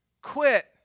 Quit